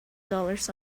dollars